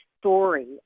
story